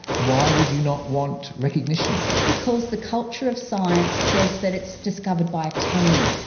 why would you not want recognition? because the culture of science says that it's discovered by a team.